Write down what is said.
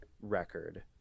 record